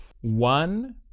one